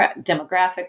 demographic